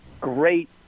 great